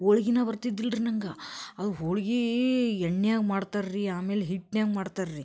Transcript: ಹೋಳ್ಗಿನಾ ಬರ್ತಿದ್ದಿಲ್ಲ ರೀ ನಂಗೆ ಅವು ಹೋಳ್ಗೆ ಎಣ್ಣೆಯಾಗ ಮಾಡ್ತಾರೆ ರೀ ಆಮೇಲೆ ಹಿಟ್ನ್ಯಾಗ ಮಾಡ್ತಾರೆ ರೀ